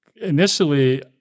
Initially